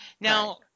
Now